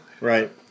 Right